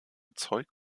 zeug